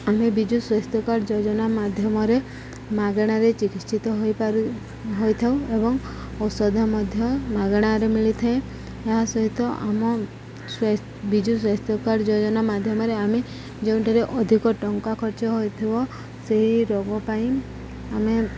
ଆମେ ବିଜୁ ସ୍ୱାସ୍ଥ୍ୟ କାର୍ଡ଼ ଯୋଜନା ମାଧ୍ୟମରେ ମାଗଣାରେ ଚିକିତ୍ସିତ ହୋଇପାରୁ ହୋଇଥାଉ ଏବଂ ଔଷଧ ମଧ୍ୟ ମାଗେଣାରେ ମିଳିଥାଏ ଏହା ସହିତ ଆମ ବିଜୁ ସ୍ୱାସ୍ଥ୍ୟ କାର୍ଡ଼ ଯୋଜନା ମାଧ୍ୟମରେ ଆମେ ଯେଉଁଠାରେ ଅଧିକ ଟଙ୍କା ଖର୍ଚ୍ଚ ହୋଇଥିବ ସେହି ରୋଗ ପାଇଁ ଆମେ